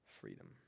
freedom